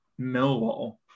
Millwall